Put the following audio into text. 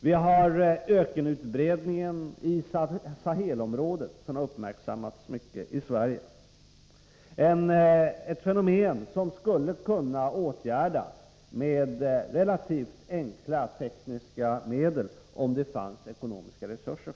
Vi har den i Sverige mycket uppmärksammade ökenutbredningen i Sahelområdet. Här rör det sig om ett fenomen som skulle kunna åtgärdas med relativt enkla tekniska medel, om det fanns ekonomiska resurser.